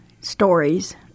stories